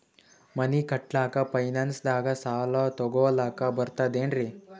ಮನಿ ಕಟ್ಲಕ್ಕ ಫೈನಾನ್ಸ್ ದಾಗ ಸಾಲ ತೊಗೊಲಕ ಬರ್ತದೇನ್ರಿ?